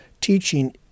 teaching